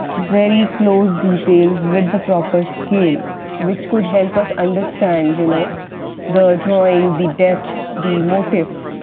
very close details with the proper scale which could help us understand you know the drawing, the depth, the motifs,